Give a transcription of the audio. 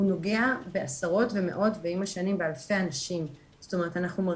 וכן ראוי להגיד שהם מציינים שבאמת קשה להם